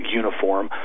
uniform